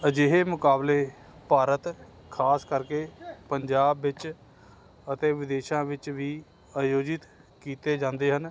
ਅਜਿਹੇ ਮੁਕਾਬਲੇ ਭਾਰਤ ਖਾਸ ਕਰਕੇ ਪੰਜਾਬ ਵਿੱਚ ਅਤੇ ਵਿਦੇਸ਼ਾਂ ਵਿੱਚ ਵੀ ਆਯੋਜਿਤ ਕੀਤੇ ਜਾਂਦੇ ਹਨ